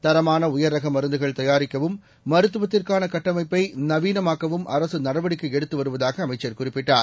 தரமானஉயர் ரகமருந்துகள் தயாரிக்கவும் மருத்துவத்திற்கானகட்டமைப்பைநவீனமாக்கவும் அரசுநடவடிக்கைஎடுத்துவருவதாகஅமைச்சர் குறிப்பிட்டார்